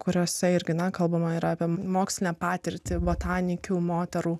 kuriose irgi na kalbama yra apie mokslinę patirtį botanikių moterų